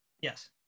Yes